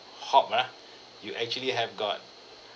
hot ah you actually have got